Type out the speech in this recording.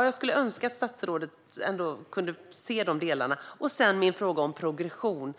och jag skulle önska att statsrådet ändå kunde se de delarna. Jag vill även säga något om progression.